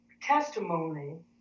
testimony